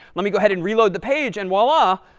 let me go ahead and reload the page, and voila,